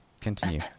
Continue